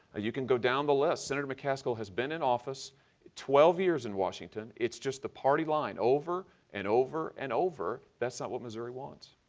you can go down the list. senator mccaskill has been in office twelve years in washington. it's just the party line over and over and over. that's not what missouri wants.